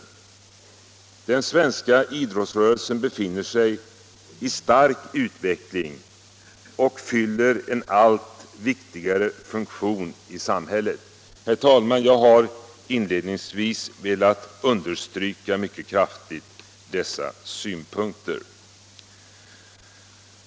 Idrottsrörelsen i Sverige befinner sig i stark utveckling och fyller en allt viktigare funktion i samhället. Herr talman! Jag har inledningsvis velat mycket kraftigt understryka dessa synpunkter.